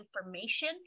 information